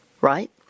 right